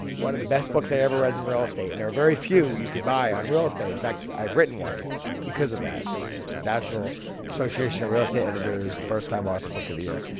one of the best books i ever read in real estate and there are very few you could buy on real estate. in fact, i've written one because of that national association of real estate editors and first-time author book of the year,